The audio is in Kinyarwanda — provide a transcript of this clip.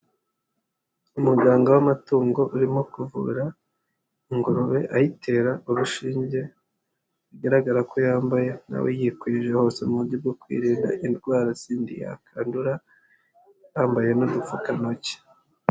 Umuganga w'amatungo urimo kuvura ingurube ayitera urushinge, bigaragara ko yambaye na we yikwije hose mu buryo bwo kwirinda indwara zindi yakandura, yambaye n'udupfukantoki.